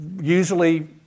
usually